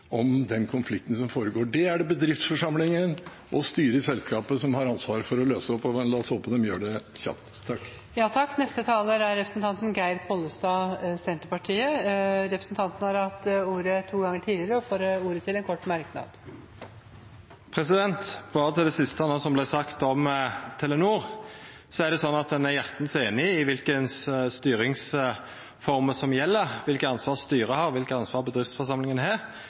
om den konflikten som foregår. Den er det bedriftsforsamlingen og styret i selskapet som har ansvaret for å løse. La oss håpe de gjør det kjapt. Representanten Geir Pollestad har hatt ordet to ganger tidligere og får ordet til en kort merknad, begrenset til 1 minutt. Berre til det siste som vart sagt, om Telenor. Eg er hjartans einig i kva styringsformer som gjeld, kva for ansvar styret har, kva for ansvar bedriftsforsamlinga har.